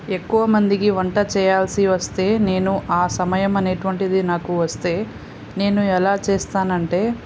ఎక్కువ మందికి వంట చేయాల్సి వస్తే నేను ఆ సమయం అనేటువంటిది నాకు వస్తే నేను ఎలా చేస్తానంటే